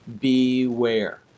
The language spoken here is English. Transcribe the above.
Beware